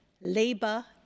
labour